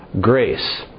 Grace